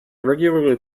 regularly